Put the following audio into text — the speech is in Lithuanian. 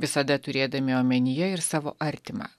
visada turėdami omenyje ir savo artimą